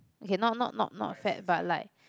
okay not not not not fat but like